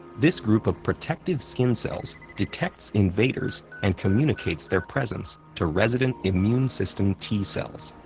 this group of protective skin cells detects invaders and communicates their presence to resident immune system t-cells,